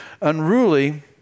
Unruly